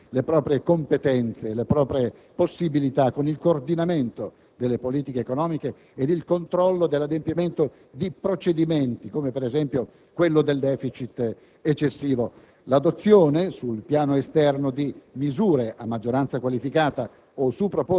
il tema della *governance* economica vede la Commissione incrementare notevolmente le proprie competenze e le proprie possibilità con il coordinamento delle politiche economiche e il controllo dell'adempimento di procedimenti come, ad esempio, quello dell'eccessivo